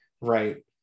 Right